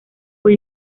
fue